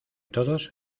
todos